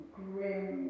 grim